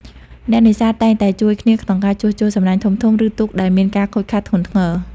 អ្នកនេសាទតែងតែជួយគ្នាក្នុងការជួសជុលសំណាញ់ធំៗ ឬទូកដែលមានការខូចខាតធ្ងន់ធ្ងរ។